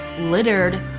littered